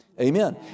Amen